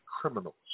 Criminals